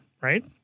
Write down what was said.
right